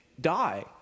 die